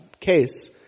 case